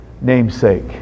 namesake